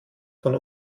von